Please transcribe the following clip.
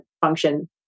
function